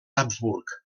habsburg